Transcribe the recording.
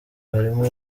harimo